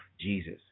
Jesus